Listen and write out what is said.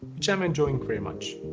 which i'm enjoying very much.